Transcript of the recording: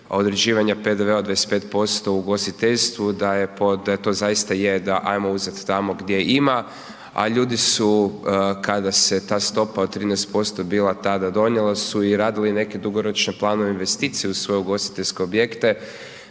određivanja PDV-a od 25% u ugostiteljstvu da je, da je to zaista je da ajmo uzeti tamo gdje ima a ljudi su kada se ta stopa od 13% tada bila donijela su i radili neke dugoročne planove, investicije u svoje ugostiteljske objekte